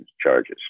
charges